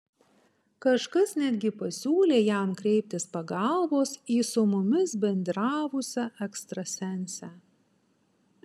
kažkas netgi pasiūlė jam kreiptis pagalbos į su mumis bendravusią ekstrasensę